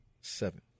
Seven